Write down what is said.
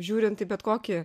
žiūrint į bet kokį